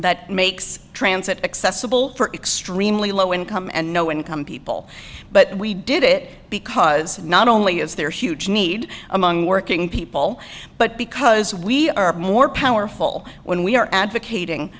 that makes transit accessible for extremely low income and no income people but we did it because not only is there a huge need among working people but because we are more powerful when we are advocating